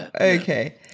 Okay